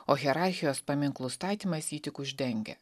o hierarchijos paminklų statymas jį tik uždengia